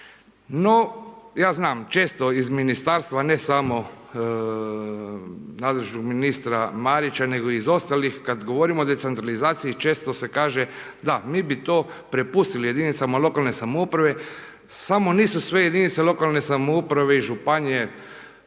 No, ja znam često iz ministarstva ne samo nadležnog ministra Marića nego iz ostalih kad govorimo o decentralizaciji često se kaže da mi bi to prepustili jedinicama lokalne samouprave samo nisu sve jedinice lokalne samouprave i županije